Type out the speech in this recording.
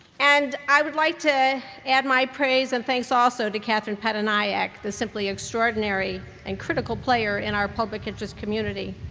and i would like to add my praise and thanks also to katherine pattanayak, the simply extraordinary and critical player in our public interest community,